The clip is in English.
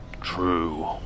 True